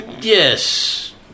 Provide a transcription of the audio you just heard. Yes